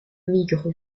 migre